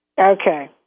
Okay